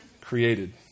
created